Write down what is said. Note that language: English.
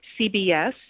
CBS